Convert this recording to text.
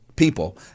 people